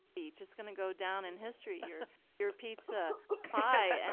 it's just going to go down in history. you're you're pizza pie.